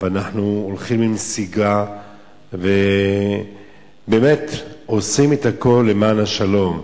ואנחנו הולכים לנסיגה ובאמת עושים את הכול למען השלום.